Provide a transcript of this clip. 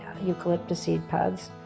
eucalyptus seed pods.